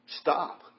stop